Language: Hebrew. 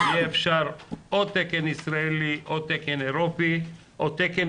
שיהיה אפשר או תקן ישראלי או תקן אירופי או תקן